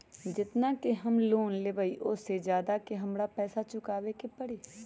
जेतना के हम लोन लेबई ओ से ज्यादा के हमरा पैसा चुकाबे के परी?